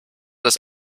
das